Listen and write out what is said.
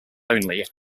only